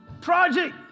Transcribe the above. project